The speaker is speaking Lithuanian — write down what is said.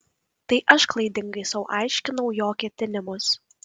tai aš klaidingai sau aiškinau jo ketinimus